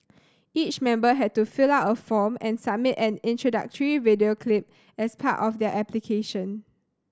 each member had to fill out a form and submit an introductory video clip as part of their application